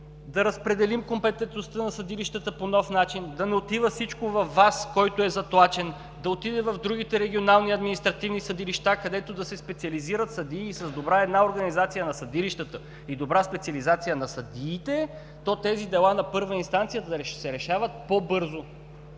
да разпределим компетентността на съдилищата по нов начин, да не отива всичко във ВАС, който е затлачен, да отива в другите регионални и административни съдилища, където да се специализират съдии и с добра организация на съдилищата, и добра специализация на съдиите, то тези дела на първа инстанция ще се решават по-бързо.